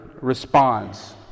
responds